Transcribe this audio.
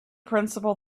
principle